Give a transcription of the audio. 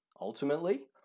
Ultimately